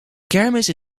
kermis